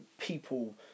people